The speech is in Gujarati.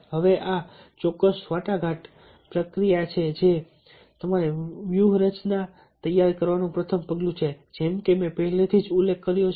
હવે આ ચોક્કસ વાટાઘાટ પ્રક્રિયા છે જે તમારી વ્યૂહરચના તૈયાર કરવાનું પ્રથમ પગલું છે જેમ કે મેં પહેલેથી જ ઉલ્લેખ કર્યો છે